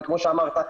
וכמו שאמרת,